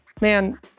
man